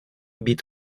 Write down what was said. být